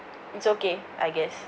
it's okay I guess